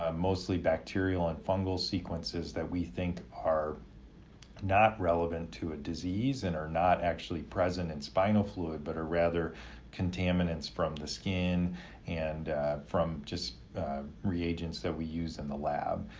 ah mostly bacterial and fungal sequences that we think are not relevant to a disease and are not actually present in spinal fluid, but are rather contaminants from the skin and from just reagents that we use in the lab.